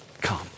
come